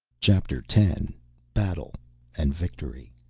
chapter ten battle and victory